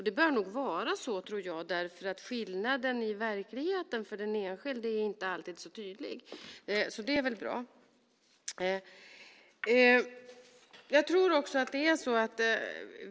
Det bör nog vara så, tror jag, för skillnaden i verkligheten för den enskilde är inte alltid så tydlig. Så det är väl bra.